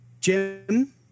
Jim